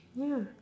ya